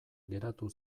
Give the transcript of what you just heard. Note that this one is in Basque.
geratu